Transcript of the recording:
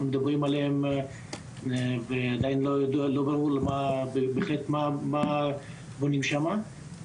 מדברים עליהן ועדיין לא ברור מה בונים שם.